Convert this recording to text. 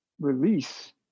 release